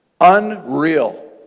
Unreal